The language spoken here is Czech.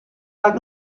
tak